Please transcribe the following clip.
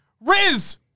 Riz